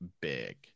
big